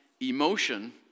emotion